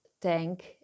tank